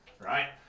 Right